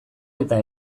eta